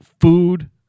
food